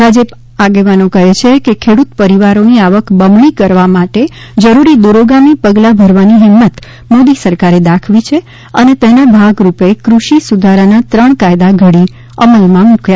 ભાજપ આગેવાનો કહે છે કે ખેડૂત પરિવારોની આવક બમણી કરવા માટે જરૂરી દૂરોગામી પગલાં ભરવાની હિમ્મત મોદી સરકારે દાખવી છે અને તેના ભાગ રૂપે કૃષિ સુધારાના ત્રણ કાયદા ઘડી અમલમાં મૂક્યા છે